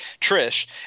Trish